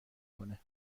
کنه